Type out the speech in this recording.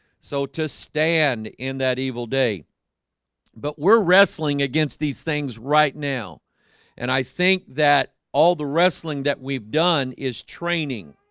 so to stand in that evil day but we're wrestling against these things right now and i think that all the wrestling that we've done is training